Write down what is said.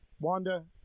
Wanda